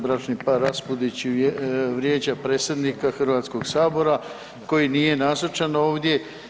Bračni par Raspudić vrijeđa predsjednika Hrvatskoga sabora koji nije nazočan ovdje.